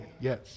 yes